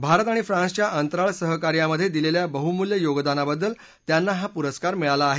भारत आणि फ्रान्सच्या अंतराळ सहकार्यामध्ये दिलेल्या बहुमूल्य योगदानाबद्दल त्यांना हा पुरस्कार मिळाला आहे